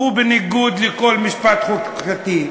הוא בניגוד לכל משפט חוקתי.